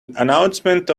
announcement